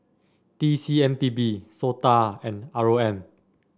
T C M P B SOTA and R O M